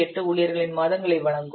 8 ஊழியர்களின் மாதங்களை வழங்கும்